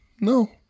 No